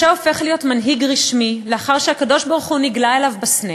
משה הופך להיות מנהיג רשמי לאחר שהקדוש-ברוך-הוא נגלה אליו בסנה.